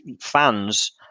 fans